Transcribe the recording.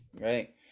right